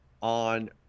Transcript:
on